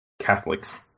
Catholics